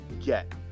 get